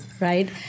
right